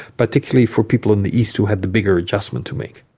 particularly for people in the east, who had the bigger adjustment to make.